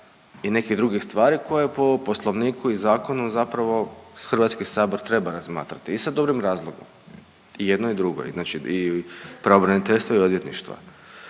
i nekih drugih stvari koje po Poslovniku i zakonu zapravo Hrvatski sabor treba razmatrati. I sa dobrim razlogom. I jedno i drugo i znači i pravobraniteljstva i odvjetništva.